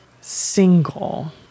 single